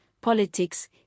politics